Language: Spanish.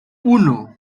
uno